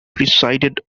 presided